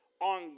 on